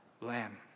Lamb